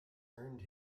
earned